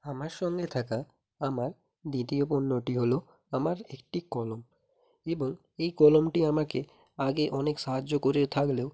আমার সঙ্গে থাকা আমার দ্বিতীয় পণ্যটি হলো আমার একটি কলম এবং এই কলমটি আমাকে আগে অনেক সাহায্য করে থাকলেও